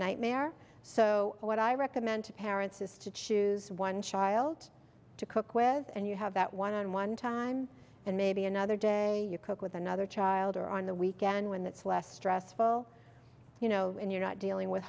nightmare so what i recommend to parents is to choose one child to cook with and you have that one on one time and maybe another day you cook with another child or on the weekend when that's less stressful you know when you're not dealing with